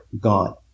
Gone